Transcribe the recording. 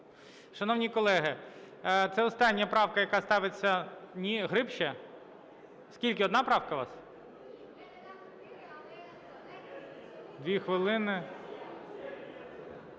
Шановні колеги, це остання правка, яка ставиться… Ні? Гриб ще? Скільки, одна правка у вас? 2 хвилини.